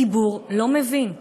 הציבור לא מבין.